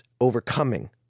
overcoming